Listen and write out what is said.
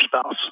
spouse